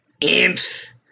Imps